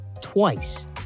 twice